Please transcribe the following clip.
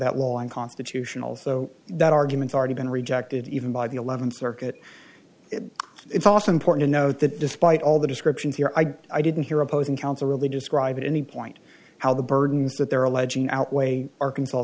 that well on constitutional so that argument already been rejected even by the eleventh circuit it's also important to note that despite all the descriptions here i i didn't hear opposing counsel really describe it any point how the burdens that they're alleging outweigh